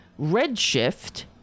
redshift